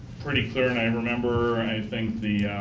pretty clear. and i and remember, i think the